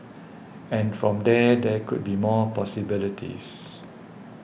and from there there could be more possibilities